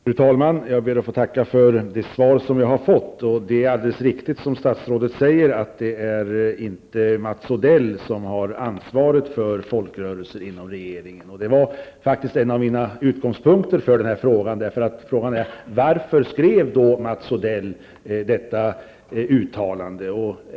Fru talman! Jag ber att få tacka för det svar som jag har fått. Det är alldeles riktigt, som statsrådet säger -- det är inom regeringen inte Mats Odell som har ansvaret för folkrörelser. Det var faktiskt en av utgångspunkterna för min fråga. Frågan är: Varför skrev då Mats Odell ett uttalande i frågan?